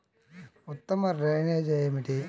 ఉత్తమ డ్రైనేజ్ ఏమిటి?